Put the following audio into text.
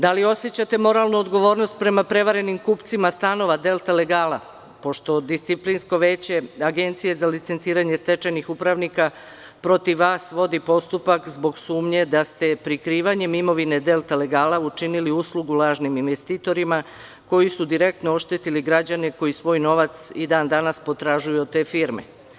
Da li osećate moralnu odgovornost prema prevarenim kupcima stanova Delta Legala, pošto disciplinsko veće Agencije za licenciranje stečajnih upravnika protiv vas vodi postupak zbog sumnje da ste prikrivanjem imovine Delta Legala učinili uslugu lažnim investitorima koji su direktno oštetili građane koji svoj novac i dan danas potražuju od te firme?